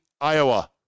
Iowa